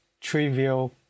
trivial